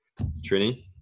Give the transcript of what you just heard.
Trini